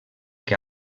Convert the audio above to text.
que